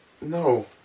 No